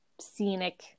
scenic